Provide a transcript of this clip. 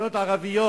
משכונות ערביות.